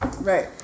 right